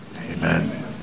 Amen